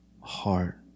heart